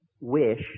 wish